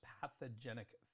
pathogenic